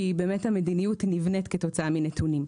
כי המדיניות נבנית כתוצאה מנתונים.